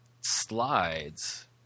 slides